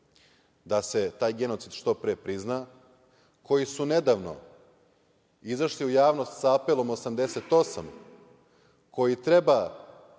da se taj genocid što pre prizna, koji su nedavno izašli u javnost sa „Apelom 88“ koji treba